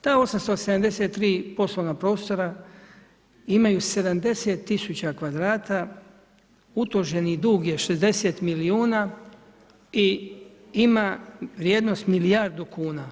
Ta 873 poslovna prostora imaju 70.000 kvadrata, utuženi dug je 60 milijuna i ima vrijednost milijardu kuna.